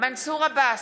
מנסור עבאס,